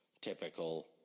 typical